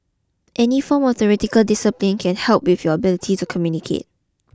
any form of theatrical discipline can help with your ability to communicate